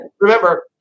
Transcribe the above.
Remember